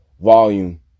volume